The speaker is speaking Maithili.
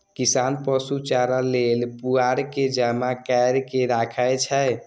किसान पशु चारा लेल पुआर के जमा कैर के राखै छै